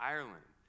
Ireland